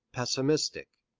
pessimistic.